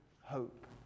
hope